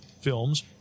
films